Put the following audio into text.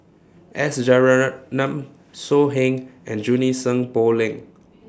S So Heng and Junie Sng Poh Leng